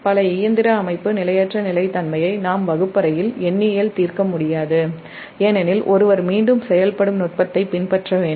பல இயந்திர அமைப்பு நிலையற்ற நிலைத்தன்மையை நாம் வகுப்பறை எண்ணியல் தீர்க்க முடியாதுஏனெனில் ஒருவர் மீண்டும் செயல்படும் நுட்பத்தைப் பின்பற்ற வேண்டும்